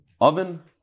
oven